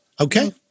okay